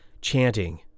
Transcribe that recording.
chanting